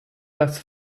das